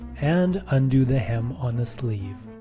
and undo the hem on the sleeve